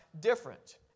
different